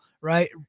right